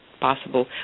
possible